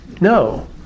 No